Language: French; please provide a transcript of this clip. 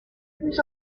plus